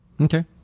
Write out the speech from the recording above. Okay